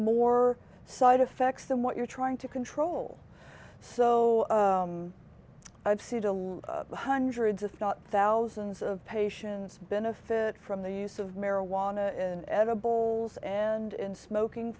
more side effects than what you're trying to control so i've seen to lose hundreds if not thousands of patients benefit from the use of marijuana and edibles and in smoking